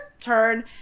turn